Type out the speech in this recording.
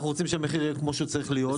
אנחנו רוצים שהמחיר יהיה כמו שהוא צריך להיות,